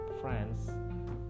friends